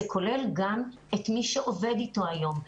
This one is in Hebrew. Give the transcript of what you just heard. זה כולל גם את מי שעובד אתו היום.